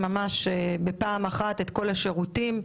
זה בפעם אחת את כל השירותים.